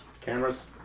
cameras